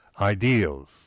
ideals